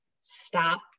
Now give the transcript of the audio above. stop